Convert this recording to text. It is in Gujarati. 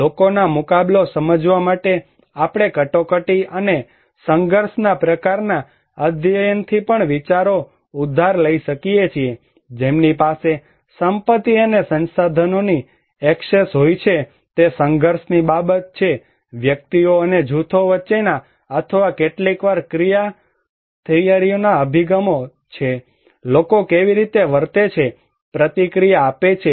લોકોના મુકાબલો સમજવા માટે આપણે કટોકટી અને સંઘર્ષના પ્રકારનાં અધ્યયનથી પણ વિચારો ઉધાર લઈ શકીએ છીએ જેમની પાસે સંપત્તિ અને સંસાધનોની એક્સેસ હોય છે અને તે સંઘર્ષની બાબત છે વ્યક્તિઓ અને જૂથો વચ્ચેના અથવા કેટલીકવાર ક્રિયા થિયરીઓના અભિગમ છે લોકો કેવી રીતે વર્તે છે પ્રતિક્રિયા આપે છે